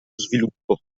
sviluppo